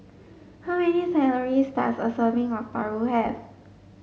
how many does a serving of Paru have